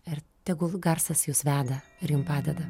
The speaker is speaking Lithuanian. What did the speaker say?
ir tegul garsas jus veda ir jum padeda